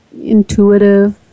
intuitive